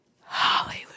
Hallelujah